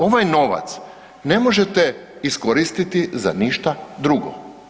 Ovaj novac ne možete iskoristiti za ništa drugo.